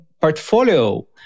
portfolio